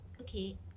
Okay